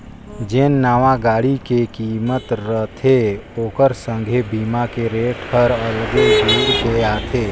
जेन नावां गाड़ी के किमत रथे ओखर संघे बीमा के रेट हर अगले जुइड़ के आथे